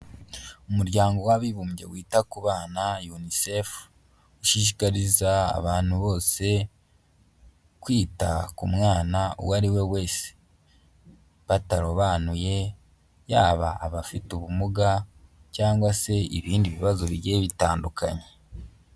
Umuryango w'abibumbye wita ku bana unicef, ushishikariza abantu bose kwita ku mwana uwo ari we wese batarobanuye, yaba abafite ubumuga cyangwa se ibindi bibazo bigiye bitandukanye.